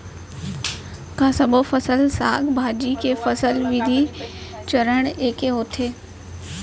का सबो फसल, साग भाजी के फसल वृद्धि चरण ऐके होथे?